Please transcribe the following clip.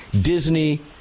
Disney